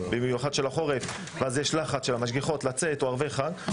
במיוחד בחורף ואז יש לחץ של המשגיחות לצאת וגם בערבי חג.